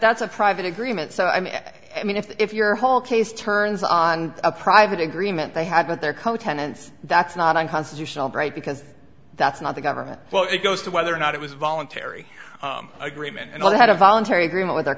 that's a private agreement so i mean i mean if your whole case turns on a private agreement they had with their co tenants that's not an constitutional right because that's not the government well it goes to whether or not it was voluntary agreement and they had a voluntary agreement with